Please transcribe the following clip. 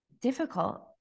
difficult